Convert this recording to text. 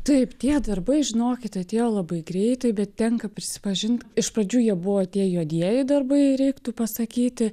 taip tie darbai žinokit atėjo labai greitai bet tenka prisipažint iš pradžių jie buvo tie juodieji darbai reiktų pasakyti